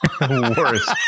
Worse